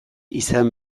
izan